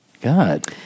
God